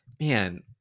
man